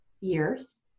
years